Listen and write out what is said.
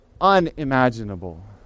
unimaginable